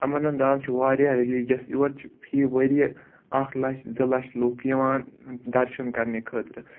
اَمرناتھ دان چھُ واریاہ ریٚلِجَس یور چھِ فی ؤریہِ اَکھ لَچھ زٕ لَچھ لُکھ یِوان دَرشَن کَرنہِ خٲطرٕ